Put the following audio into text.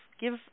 give